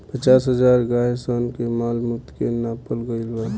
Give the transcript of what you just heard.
पचास हजार गाय सन के मॉल मूत्र के नापल गईल बा